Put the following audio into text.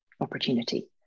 opportunity